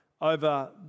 over